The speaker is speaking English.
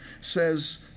says